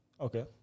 Okay